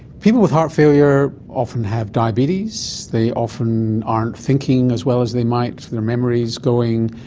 people with heart failure often have diabetes, they often aren't thinking as well as they might, their memory is going,